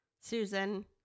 Susan